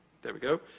there we go.